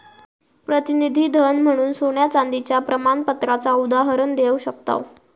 प्रतिनिधी धन म्हणून सोन्या चांदीच्या प्रमाणपत्राचा उदाहरण देव शकताव